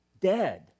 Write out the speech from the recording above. dead